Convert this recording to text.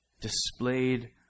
displayed